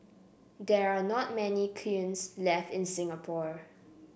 there are not many kilns left in Singapore